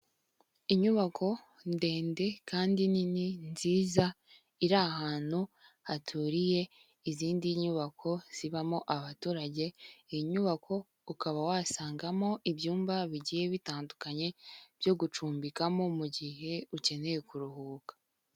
Inyubako ndende kandi nini nziza; iri ahantu haturiye izindi nyubako zibamo abaturage, iyi nyubako ukaba wasangamo ibyumba bigiye bitandukanye byo gucumbikamo mu mugihe ukeneye kuruhuka.